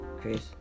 Chris